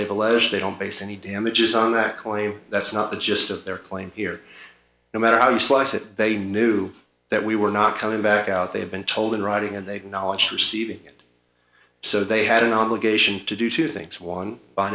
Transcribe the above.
less they don't base any damages on that claim that's not the gist of their claim here no matter how you slice it they knew that we were not coming back out they have been told in writing and they've knowledge you see it so they had an obligation to do two things one by